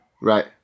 Right